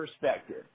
perspective